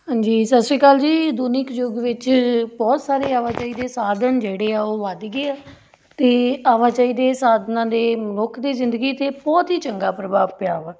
ਹਾਂਜੀ ਸਤਿ ਸ਼੍ਰੀ ਅਕਾਲ ਜੀ ਆਧੁਨਿਕ ਯੁੱਗ ਵਿੱਚ ਬਹੁਤ ਸਾਰੇ ਆਵਾਜਾਈ ਦੇ ਸਾਧਨ ਜਿਹੜੇ ਆ ਉਹ ਵੱਧ ਗਏ ਆ ਅਤੇ ਆਵਾਜਾਈ ਦੇ ਸਾਧਨਾਂ ਦੇ ਮਨੁੱਖ ਦੀ ਜ਼ਿੰਦਗੀ 'ਤੇ ਬਹੁਤ ਹੀ ਚੰਗਾ ਪ੍ਰਭਾਵ ਪਿਆ ਵਾ